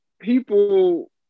people